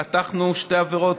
פתחנו שתי עבירות,